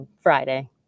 Friday